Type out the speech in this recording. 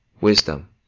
wisdom